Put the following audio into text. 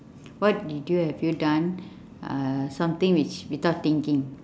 what did you have you done uh something which without thinking